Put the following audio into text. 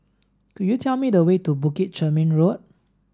could you tell me the way to Bukit Chermin Road